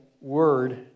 word